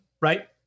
right